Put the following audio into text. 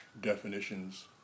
definitions